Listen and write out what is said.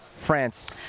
france